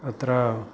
तत्र